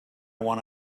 want